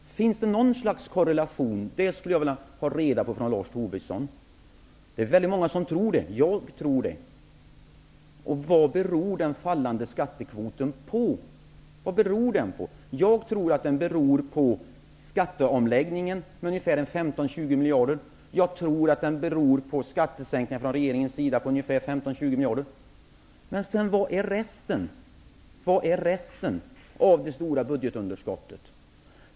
Jag skulle vilja höra av Lars Tobisson om det finns någon som helst korrelation mellan dessa poster. Det finns många som tror det, och jag tillhör dem. Vad beror den fallande skattekvoten på? Jag tror att den till 15--20 miljarder beror på skatteomläggningen och till 15--20 miljarder på skattesänkningar från regeringens sida. Men varifrån kommer resten av det stora budgetunderskottet?